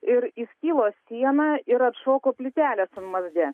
ir įskilo siena ir atšoko plytelės sanmazge